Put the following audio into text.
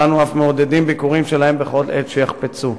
ואנו אף מעודדים ביקורים שלהם בכל עת שיחפצו.